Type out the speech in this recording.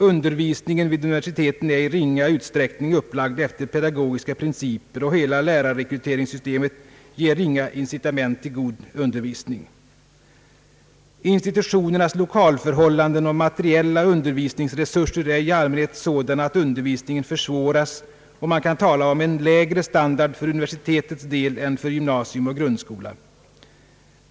Undervisningen vid universiteten är i ringa utsträckning upplagd efter pedagogiska principer, och hela lärarrekryteringssystemet ger ringa incitament till god undervisning. ——— In stitutionernas lokalförhållanden och materiella undervisningsresurser är i allmänhet sådana att undervisningen försvåras, och man kan tala om en lägre standard för universitetets del än för gymnasium och grundskola.